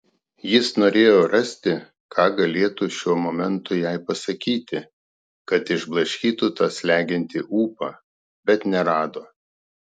jis norėjo rasti ką galėtų šiuo momentu jai pasakyti kad išblaškytų tą slegiantį ūpą bet nerado